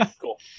cool